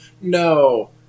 No